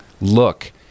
look